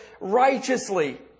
righteously